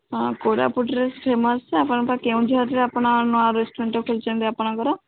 ହଁ କୋରାପୁଟରେ ଫେମସ୍ ଯେ ଆପଣ ପା କେଉଁଝରରେ ଆପଣ ନୂଆ ରେଷ୍ଟୁରାଣ୍ଟ୍ଟେ ଖୋଲିଛନ୍ତି ଆପଣଙ୍କର